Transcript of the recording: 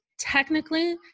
Technically